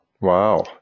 Wow